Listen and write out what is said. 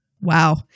Wow